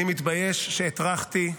אני מתבייש על שהטרחתי,